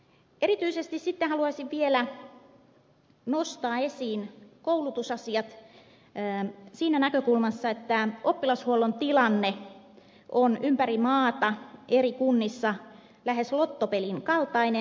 erityisesti sitten haluaisin vielä nostaa esiin koulutusasiat siitä näkökulmasta että oppilashuollon tilanne on ympäri maata eri kunnissa lähes lottopelin kaltainen